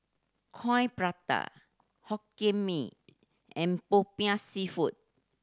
Coin Prata Hokkien Mee and Popiah Seafood